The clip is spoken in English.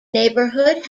neighbourhood